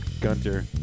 Gunter